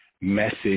message